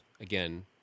Again